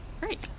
Great